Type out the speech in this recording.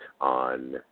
on